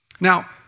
Now